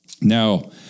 Now